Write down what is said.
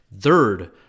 Third